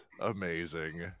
amazing